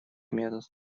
метод